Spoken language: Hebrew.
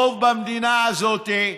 שזה הרוב במדינה הזאת,